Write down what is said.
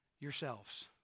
yourselves